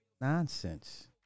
nonsense